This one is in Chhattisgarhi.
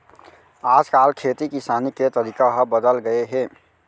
आज काल खेती किसानी के तरीका ह बदल गए हे